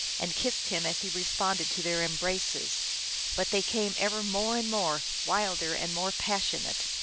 and kissed him as he responded to their em braces but they came ever more and more, wilder and more passionate.